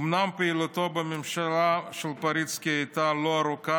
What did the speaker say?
אומנם פעילותו של פריצקי בממשלה לא הייתה ארוכה,